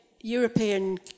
European